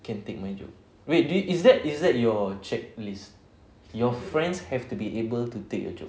can take my joke wait is that is that your checklist your friends have to be able to take your jokes